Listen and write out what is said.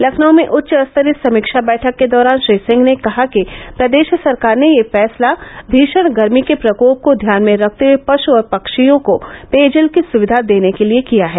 लखनऊ में उच्च स्तरीय समीक्षा बैठक के दौरान श्री सिंह ने कहा कि प्रदेष सरकार ने यह फैसला भीशण गर्मी के प्रकोप को ध्यान में रखते हुए पषु और पक्षियों को पेयजल की सुविधा देने के लिये किया है